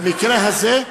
במקרה הזה,